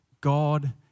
God